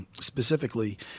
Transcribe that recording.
specifically